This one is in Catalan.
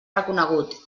reconegut